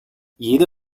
jede